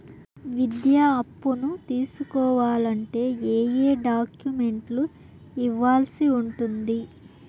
విద్యా అప్పును తీసుకోవాలంటే ఏ ఏ డాక్యుమెంట్లు ఇవ్వాల్సి ఉంటుంది